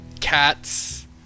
cats